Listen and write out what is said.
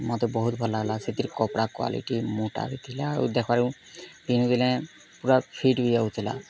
ମୋତେ ବହୁତ ଭଲ୍ ଲାଗ୍ଲା ସେଥିର୍ କପଡ଼ା କ୍ୱାଲିଟି ମୋଟା ବି ଥିଲା ଆଉ ଦେଖବାରୁ ପିନ୍ଧିଲେ ପୁରା ଫିଟ୍ ବି ହଉଥିଲା